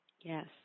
Yes